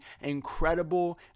incredible